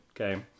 okay